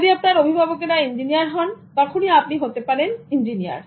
যদি আপনার অভিভাবকেরা ইঞ্জিনিয়ার হন তখনি আপনি হতে পারেন ইঞ্জিনিয়ার